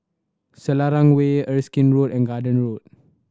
Selarang Way Erskine Road and Garden Road